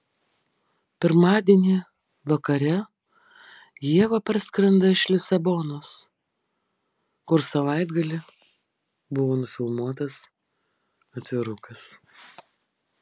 pirmadienį vakare ieva parskrenda iš lisabonos kur savaitgalį buvo nufilmuotas atvirukas